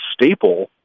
staple